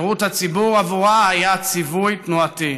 שירות הציבור היה עבורה ציווי תנועתי,